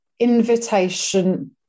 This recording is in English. invitation